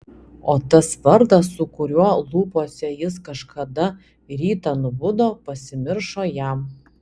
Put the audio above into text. o tas vardas su kuriuo lūpose jis kažkada rytą nubudo pasimiršo jam